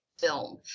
film